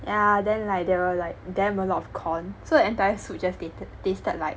yeah then like there were like damn a lot of corn so the entire soup just tate~ tasted like